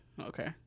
Okay